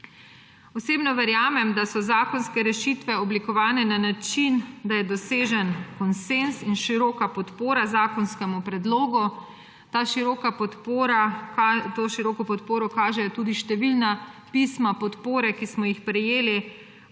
Osebno verjamem, da so zakonske rešitve oblikovane na način, da je dosežen konsenz in široka podpora zakonskemu predlogu. To široko podporo kažejo tudi številna pisma podpore, ki smo jih prejeli